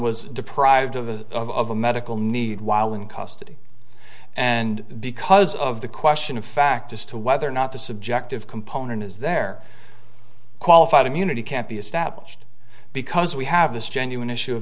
was deprived of a of a medical need while in custody and because of the question of fact as to whether or not the subjective component is there qualified immunity can't be established because we have this genuine issue of